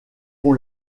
pont